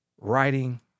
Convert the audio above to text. writing